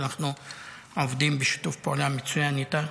שאנחנו עובדים בשיתוף פעולה מצוין איתה,